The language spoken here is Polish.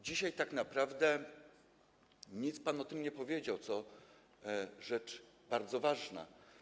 Dzisiaj tak naprawdę nic pan o tym nie powiedział, a to rzecz bardzo ważna.